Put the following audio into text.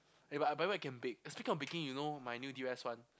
eh but I I bet I can bake eh speaking of baking you know my new